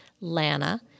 Lana